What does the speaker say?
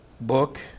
book